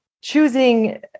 choosing